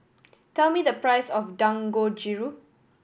tell me the price of Dangojiru